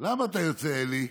למה אתה יוצא, אלי?